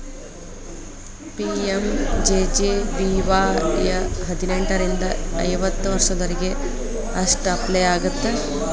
PMJJBY ಹದಿನೆಂಟರಿಂದ ಐವತ್ತ ವರ್ಷದೊರಿಗೆ ಅಷ್ಟ ಅಪ್ಲೈ ಆಗತ್ತ